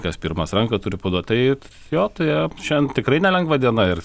kas pirmas ranką turi paduot tait jo tai jam šiandien tikrai nelengva diena ir